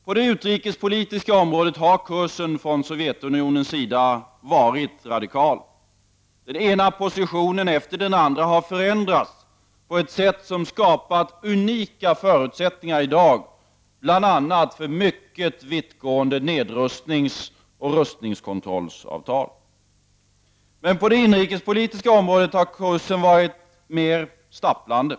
På det utrikespolitiska området har kursen från Sovjetunionens sida varit radikal. Den ena positionen efter den andra har övergetts på ett sätt som skapat unika förutsättningar i dag för bl.a. mycket vittgående nedrustningsoch rustningskontrollsavtal. Men på det inrikespolitiska området har kursen varit mer stapplande.